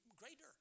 greater